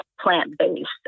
plant-based